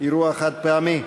אירוע חד-פעמי.